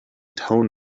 tone